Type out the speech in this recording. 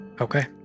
Okay